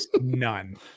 none